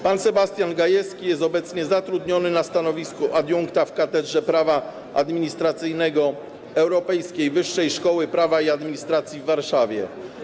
Pan Sebastian Gajewski jest obecnie zatrudniony na stanowisku adiunkta w Katedrze Prawa Administracyjnego Europejskiej Wyższej Szkoły Prawa i Administracji w Warszawie.